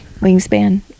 Wingspan